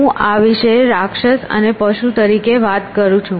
હું આ વિશે રાક્ષસ અને પશુ તરીકે વાત કરું છું